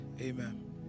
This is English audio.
Amen